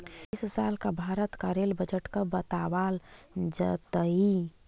इस साल का भारत का रेल बजट कब बतावाल जतई